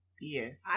Yes